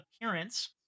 appearance